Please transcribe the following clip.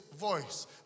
voice